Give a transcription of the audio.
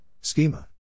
schema